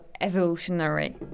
evolutionary